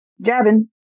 Jabin